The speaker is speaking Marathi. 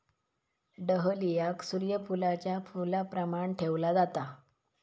डहलियाक सूर्य फुलाच्या फुलाप्रमाण ठेवला जाता